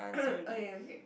okay okay